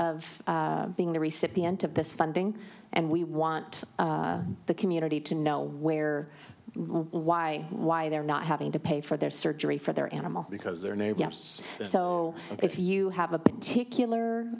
of being the recipient of this funding and we want the community to know where why why they're not having to pay for their surgery for their animal because their name is so if you have a particular